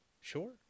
sure